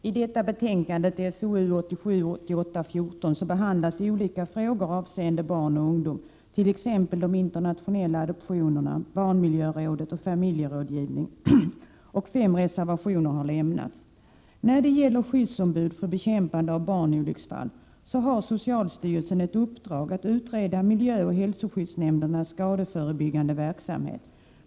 I detta betänkande SOU 1987/88:14 behandlas olika frågor avseende barn och ungdom, t.ex. internationella adoptioner, barnmiljörådet och familjerådgivning, och fem reservationer har lämnats. När det gäller skyddsombud för bekämpande av barnolycksfall så har socialstyrelsen ett uppdrag att utreda miljöoch hälsoskyddsnämndernas skadeförebyggande verksamhet.